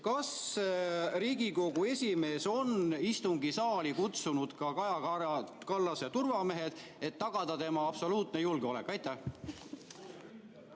kas Riigikogu esimees on istungisaali kutsunud ka Kaja Kallase turvamehed, et tagada tema absoluutne julgeolek? Jah,